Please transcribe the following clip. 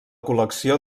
col·lecció